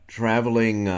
traveling